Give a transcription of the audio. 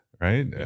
right